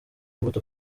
imbuto